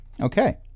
Okay